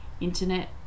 internet